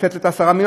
לתת את 10 המיליון,